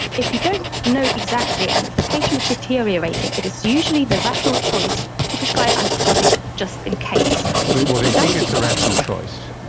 if you don't know exactly and if the patient is deteriorating, it is usually the rational choice to prescribe antibiotics just in case. well, they think it's the rational choice,